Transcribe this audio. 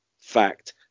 Fact